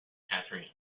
katherine